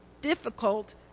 difficult